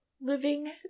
living